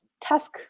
task